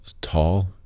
tall